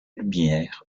lumière